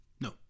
No